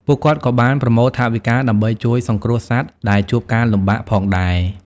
ពួកគាត់ក៏បានប្រមូលថវិកាដើម្បីជួយសង្គ្រោះសត្វដែលជួបការលំបាកផងដែរ។